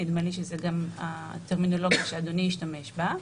נדמה לי שזה גם הטרמינולוגיה שאדוני השתמש בה,